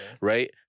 right